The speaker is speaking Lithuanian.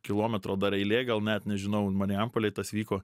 kilometro dar eilė gal net nežinau marijampolėj tas vyko